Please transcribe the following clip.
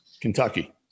Kentucky